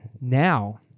now